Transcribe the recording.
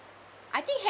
I think